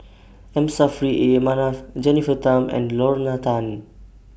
M Saffri A Manaf Jennifer Tham and Lorna Tan